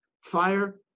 fire